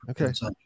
Okay